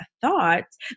thoughts